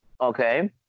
Okay